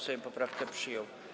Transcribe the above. Sejm poprawkę przyjął.